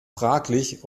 fraglich